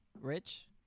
Rich